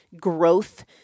growth